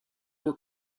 were